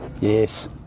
Yes